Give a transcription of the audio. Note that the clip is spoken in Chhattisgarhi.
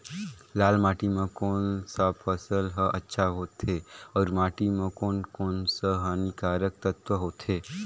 लाल माटी मां कोन सा फसल ह अच्छा होथे अउर माटी म कोन कोन स हानिकारक तत्व होथे?